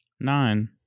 Nine